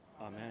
Amen